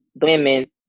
women